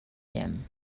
him